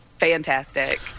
Fantastic